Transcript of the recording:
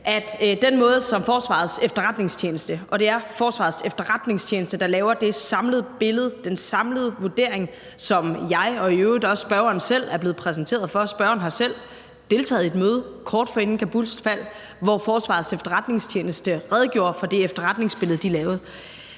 er noget søgt, men jeg kan gentage, at det er Forsvarets Efterretningstjeneste, der laver det samlede billede og den samlede vurdering, som jeg og i øvrigt også spørgeren selv er blevet præsenteret for, og spørgeren har selv deltaget i et møde kort forinden Kabuls fald, hvor Forsvarets Efterretningstjeneste redegjorde for det efterretningsbillede, de lavede,